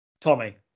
Tommy